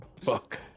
Fuck